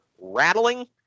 rattling